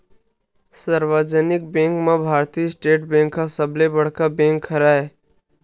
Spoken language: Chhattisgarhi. सार्वजनिक बेंक म भारतीय स्टेट बेंक ह सबले बड़का बेंक हरय